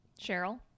Cheryl